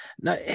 No